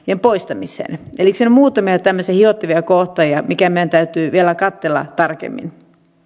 poistamiseen elikkä siinä on muutamia tämmöisiä hiottavia kohtia mitkä meidän täytyy vielä katsella tarkemmin